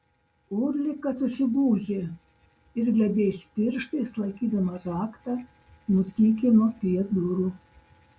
ulrika susigūžė ir glebiais pirštais laikydama raktą nutykino prie durų